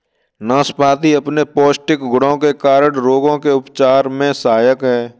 नाशपाती अपने पौष्टिक गुणों के कारण रोगों के उपचार में सहायक है